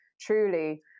truly